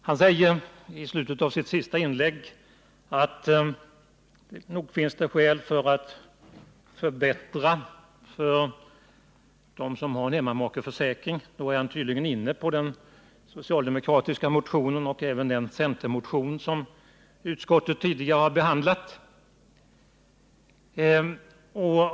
Han säger i slutet av sitt senaste inlägg att nog finns det skäl att förbättra för dem som har en hemmamakeförsäkring, och då är han tydligen inne på den socialdemokratiska motionen och även på den centermotion som utskottet tidigare har behandlat.